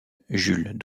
jules